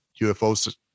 UFOs